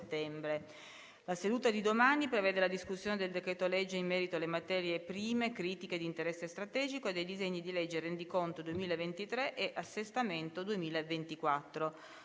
La seduta di domani prevede la discussione del decreto-legge in merito alle materie prime critiche di interesse strategico e dei disegni di legge Rendiconto 2023 e Assestamento 2024,